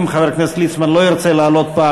אם חבר הכנסת לא ירצה לעלות שוב,